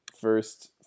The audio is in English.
first